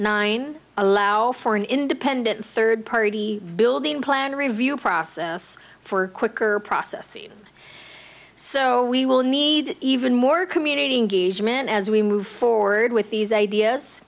nine allow for an independent third party building plan review process for quicker process so we will need even more community engagement as we move forward with these ideas